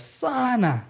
sana